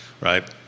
right